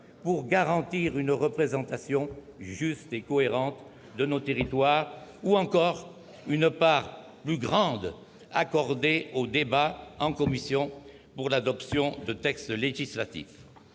pour garantir une représentation juste et cohérente de nos territoires, ou encore l'octroi d'une part plus grande aux débats en commission pour l'adoption de textes législatifs.